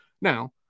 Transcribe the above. now